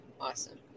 Awesome